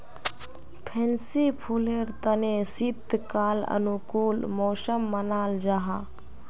fancy फुलेर तने शीतकाल अनुकूल मौसम मानाल जाहा